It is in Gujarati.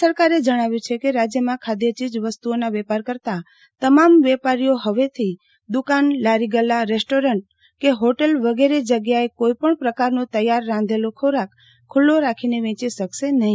રાજય સરકારે જણાવ્યું છે કે રાજયમાં ખાઘચીજ વસ્તુઓનો વેપાર કરતાં તમામ વેપારીઓ હવેથી દુકાન લારી ગલ્લા રેસ્ટોરન્ટ કે હોટલ વિગેરે જગ્યાએ કોઇપણ પ્રકારનો તૈયાર રાંધેલો ખોરાક ખુલ્લો રાખીને વેચી શકશે નહી